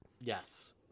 Yes